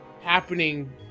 happening